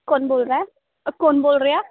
ਕੌਣ ਬੋਲ ਰਹਾ ਹੈ ਅ ਕੌਣ ਬੋਲ ਰਿਹਾ